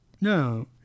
no